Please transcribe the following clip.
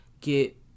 get